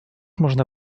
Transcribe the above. można